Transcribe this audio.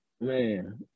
man